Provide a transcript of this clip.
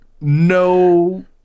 no